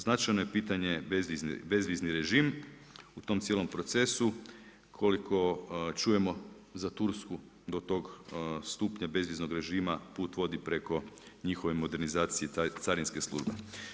Značajno je pitanje bezvizni režim, u tom cijelom procesu koliko čujemo za Tursku, do tog stupnja bezviznog režima put vodi preko njihove modernizacije carinske službe.